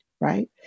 right